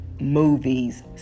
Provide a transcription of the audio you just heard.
movies